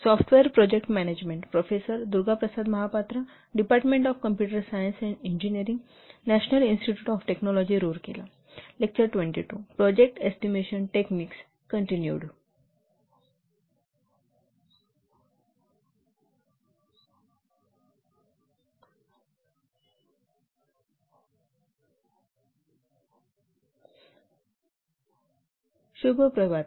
शुभ प्रभात